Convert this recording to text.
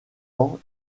ans